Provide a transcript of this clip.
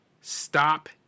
Stop